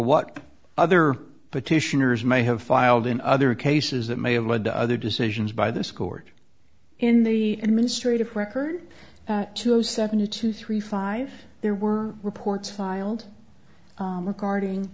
what other petitioners may have filed in other cases that may have led to other decisions by this court in the administrative record to seventy two three five there were reports filed regarding